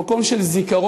מקום של זיכרון,